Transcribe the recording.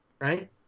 right